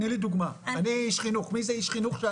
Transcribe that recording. תני לי דוגמא אני איש חינוך מי זה איש חינוך?